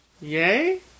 Yay